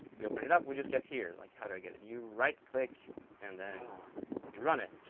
we open it up, we just get here, like how do i get it? you right click and then you run it.